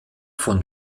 von